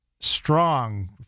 strong